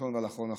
ראשון ועל אחרון,